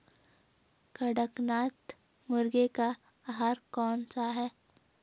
कड़कनाथ मुर्गे का आहार कौन सा है?